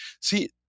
See